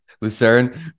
Lucerne